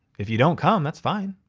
if you don't come, that's fine.